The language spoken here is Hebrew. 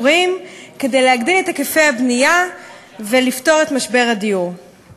כי אני אעלה ואני אספר איפה היית שבוע